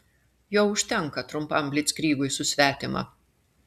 jo užtenka trumpam blickrygui su svetima